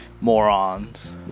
morons